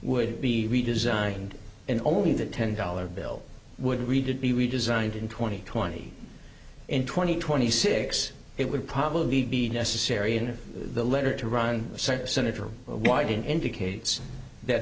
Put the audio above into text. would be redesigned in only the ten dollar bill would read to be redesigned in twenty twenty twenty twenty six it would probably be necessary in the letter to run senator wyden indicates that